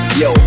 yo